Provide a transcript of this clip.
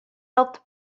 helped